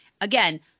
again